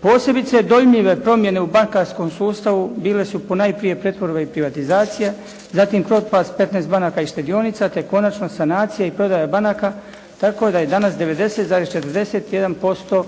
Posebice dojmljive promjene u bankarskom sustavu bile su ponajprije pretvorbe i privatizacije, zatim propast 15 banaka i štedionica te konačno, sanacija i prodaja banaka, tako da je danas 90,41%